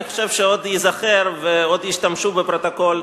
אני חושב שעוד ייזכר ועוד ישתמשו בפרוטוקול,